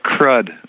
crud